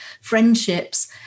friendships